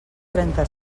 trenta